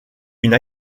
une